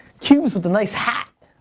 cuban's with the nice hat.